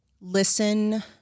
listen